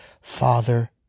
father